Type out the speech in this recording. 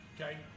Okay